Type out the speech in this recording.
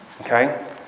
okay